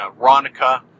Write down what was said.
Ronica